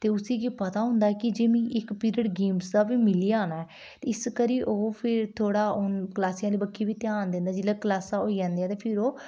ते उसी गी पता होंदा कि जे मीं इक पीरियड गेम्स दा बी मिली जाना ते इसकरी ओह् फिर थोह्ड़ा क्लासें आह्ली बक्खी बी ध्यान दिंदा जेल्लै क्लासां होई जंदियां ते फिर ओह्